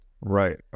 Right